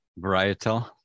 varietal